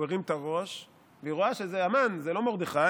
הוא הרים את הראש והיא רואה שזה המן, זה לא מרדכי.